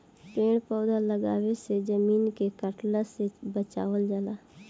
पेड़ पौधा लगवला से जमीन के कटला से बचावल जाला